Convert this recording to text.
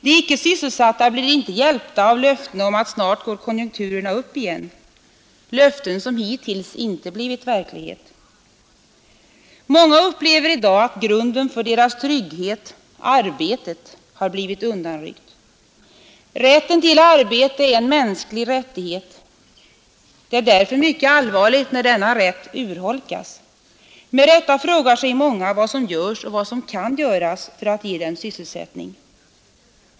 De icke sysselsatta blir inte hjälpta av löften om att konjunkturerna snart går upp igen — löften som hittills inte har blivit verklighet. Många upplever i dag att grunden för deras trygghet — arbetet — har blivit undanryckt. Rätten till arbete är en mänsklig rättighet. Det är därför mycket allvarligt, när denna rätt urholkas. Med rätta frågar sig många vad som görs och kan göras för att ge dem sysselsättning.